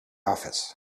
office